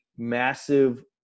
massive